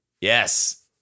Yes